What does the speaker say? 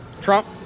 trump